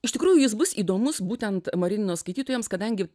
iš tikrųjų jis bus įdomus būtent marinimo skaitytojams kadangi